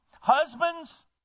Husbands